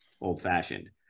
old-fashioned